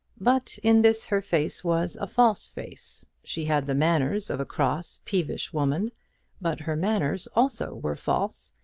but in this her face was a false face. she had the manners of a cross, peevish woman but her manners also were false,